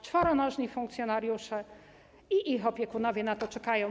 Czworonożni funkcjonariusze i ich opiekunowie na to czekają.